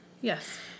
Yes